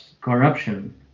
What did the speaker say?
corruption